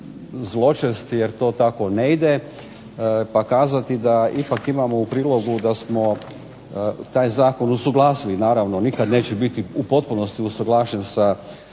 zločest jer to tako ne ide, pa kazati da ipak imamo u prilogu da smo taj zakon usuglasili. Naravno nikad neće biti u potpunosti usaglašen sa